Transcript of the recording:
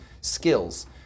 skills